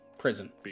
prison